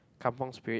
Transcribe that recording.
kampung spirit